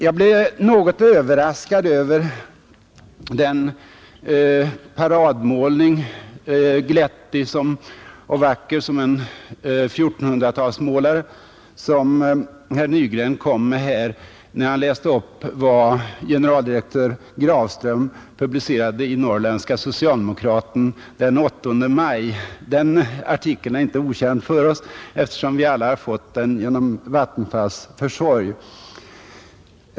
Jag blev något överraskad över den paradmålning, glättig och vacker som ett verk av en 1400-talsmålare, som herr Nygren kom med när han läste upp vad generaldirektör Grafström publicerade i Norrländska Socialdemokraten den 8 maj. Den artikeln är inte okänd för oss, eftersom vi alla har fått den genom Vattenfalls försorg.